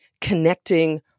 connecting